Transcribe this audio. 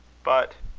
but,